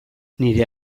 nire